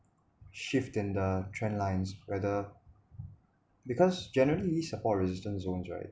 shift in the trend lines where the because generally support resistance zones right